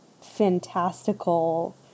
fantastical